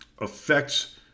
affects